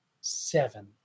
seven